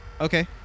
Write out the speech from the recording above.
okay